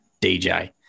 DJ